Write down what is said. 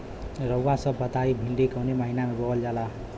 रउआ सभ बताई भिंडी कवने महीना में बोवल जाला?